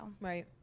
Right